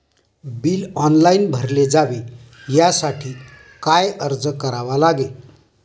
Bill online भरले जावे यासाठी काय अर्ज करावा लागेल?